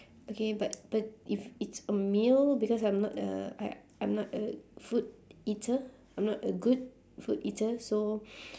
okay but but if it's a meal because I'm not a I I'm not a food eater I'm not a good food eater so